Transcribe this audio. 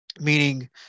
meaning